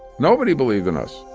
nobody believed in us.